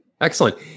Excellent